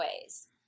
ways